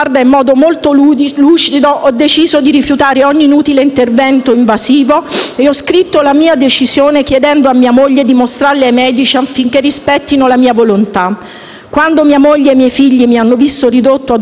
Quando mia moglie e i miei figli mi hanno visto ridotto a uno scheletro dovuto alle difficoltà di deglutire, mi hanno implorato di accettare almeno l'intervento allo stomaco per essere alimentato artificialmente, perché sarebbe stato un dono